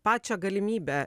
pačią galimybę